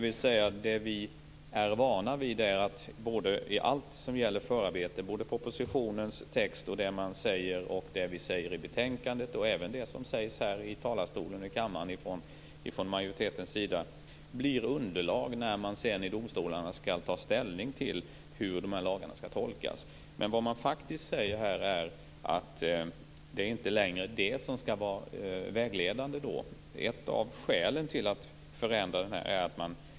Vi är vana vid att alla förarbeten - propositionens text, det som sägs i betänkandet och även det som sägs i kammaren från majoritetens sida - blir underlag när domstolarna skall ta ställning till hur lagarna skall tolkas. Vad som faktiskt sägs här är att det inte längre är detta som skall vara vägledande.